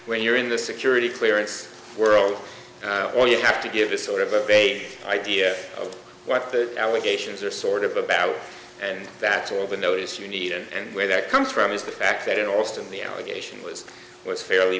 when you're in the security clearance world or you have to give this sort of a vague idea of what the allegations are sort of about and that's all the notice you need and where that comes from is the fact that in austin the allegation was was fairly